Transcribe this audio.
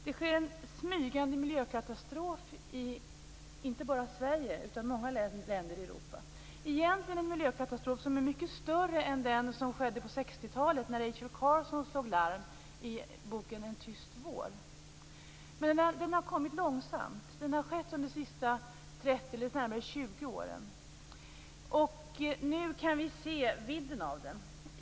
Det sker en smygande miljökatastrof i Sverige och i många länder i Europa. Det är egentligen en miljökatastrof som är mycket större än den som skedde på 60-talet när Rachel Carson slog larm i boken Tyst vår. Den har kommit långsamt under de senaste 20 åren. Nu kan vi se vidden av den.